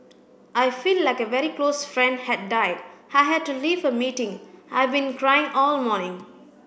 I feel like a very close friend had died I had to leave a meeting I've been crying all morning